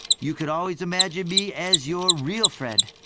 you can always imagine me as your real friend.